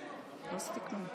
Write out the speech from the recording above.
הרווחה והבריאות נתקבלה.